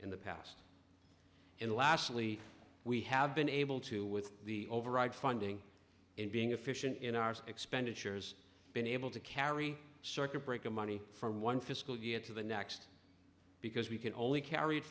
in the past and lastly we have been able to with the override funding and being efficient in our expenditures been able to carry circuit breaker money from one fiscal year to the next because we can only carry it